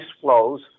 flows